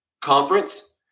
Conference